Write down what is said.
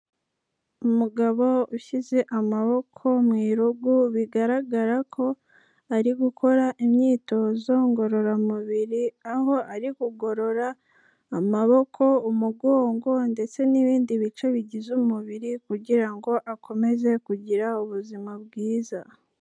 Umugabo ushyize amaboko mu irugu bigaragara ko ari gukora imyitozo ngororamubiri, aho ari kugorora amaboko, umugongo ndetse n'ibindi bice bigize umubiri kugira ngo akomeze kugira ubuzima bwiza.